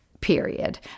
period